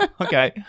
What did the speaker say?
Okay